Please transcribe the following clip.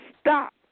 stop